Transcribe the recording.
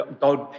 God